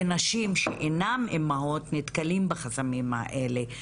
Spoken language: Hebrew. ונשים שאינן אימהות נתקלות בחסמים האלה,